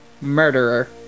Murderer